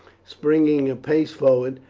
springing a pace forward.